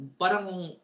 parang